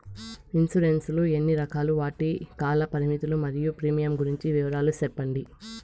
Insurance లు ఎన్ని రకాలు? వాటి కాల పరిమితులు మరియు ప్రీమియం గురించి వివరాలు సెప్పండి?